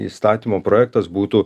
įstatymo projektas būtų